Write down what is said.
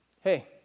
Hey